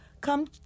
come